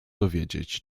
dowiedzieć